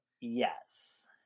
Yes